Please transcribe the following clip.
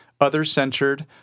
other-centered